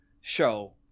show